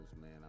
man